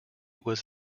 was